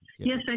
Yes